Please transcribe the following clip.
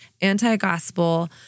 anti-gospel